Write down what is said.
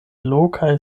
lokaj